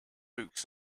books